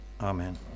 Amen